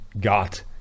got